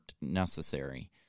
necessary